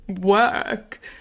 work